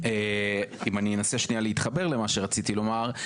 אם אני אנסה שנייה להתחבר למה שרציתי לומר,